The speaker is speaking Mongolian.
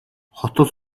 хотод